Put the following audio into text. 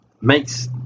makes